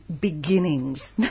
beginnings